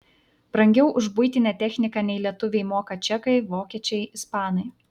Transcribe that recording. brangiau už buitinę techniką nei lietuviai moka čekai vokiečiai ispanai